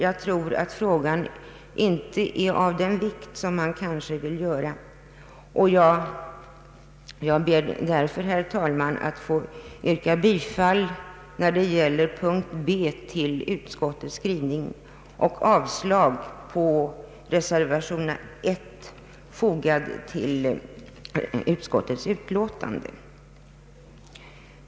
Frågan är för övrigt kanske inte av den vikt man här vill göra gällande. Jag ber därför, herr talman, att få yrka bifall till utskottets hemställan vid punkten B och avslag på reservation 1, fogad till första lagutskottets utlåtande.